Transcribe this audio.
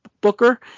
booker